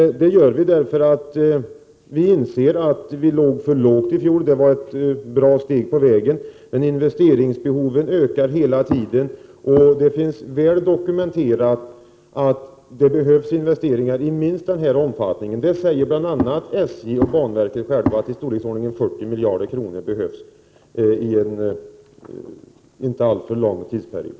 Det sker därför att vi inser att man låg för lågt i fjol. Förra året togs visserligen ett ganska stort steg på vägen, men investeringsbehoven ökar hela tiden. Det är väl dokumenterat att det behövs investeringar av minst denna omfattning. SJ och banverket framhåller själva att ett anslag på i storleksordningen 40 miljarder kronor behövs under en inte alltför lång tidsperiod.